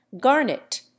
Garnet